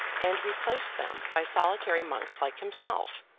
and replaced them by solitary monks like himself,